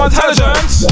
Intelligence